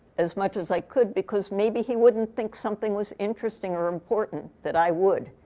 as much as i could. because maybe he wouldn't think something was interesting or important that i would.